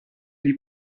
gli